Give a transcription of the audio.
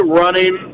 running